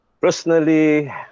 Personally